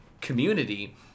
community